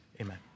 Amen